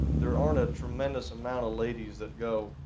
there aren't a tremendous amount of ladies that go.